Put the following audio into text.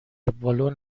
بالن